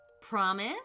Promise